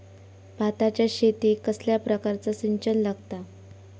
भाताच्या शेतीक कसल्या प्रकारचा सिंचन लागता?